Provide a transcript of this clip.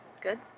good